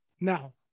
Now